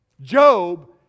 Job